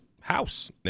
house